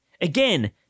Again